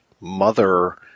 mother